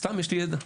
סתם, יש לי ידע.